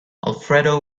alfredo